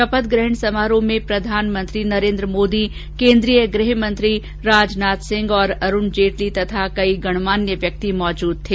शपथ ग्रहण समारोह में प्रधानमंत्री नरेन्द्र मोदी केन्द्रीय मंत्री राजनाथ सिंह और अरूण जेटली तथा कई गणमान्य व्यक्ति मौजूद थे